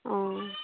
অঁ